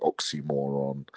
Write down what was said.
oxymoron